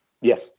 yes